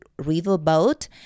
riverboat